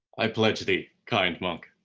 i pledge thee, kind monk.